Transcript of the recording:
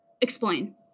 Explain